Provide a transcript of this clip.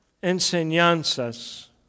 enseñanzas